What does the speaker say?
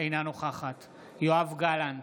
אינה נוכחת יואב גלנט,